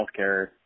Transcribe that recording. healthcare